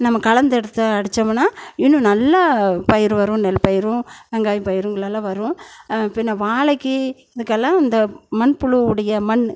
நம்ம கலந்து எடுத்து அடித்தமுன்னா இன்னும் நல்லா பயிர் வரும் நெல்பயிரும் அங்கே இப்போ இருங்கலாம் வரும் பின்னே வாழைக்கு இதுக்கெல்லாம் இந்த மண் புழுவுடைய மண்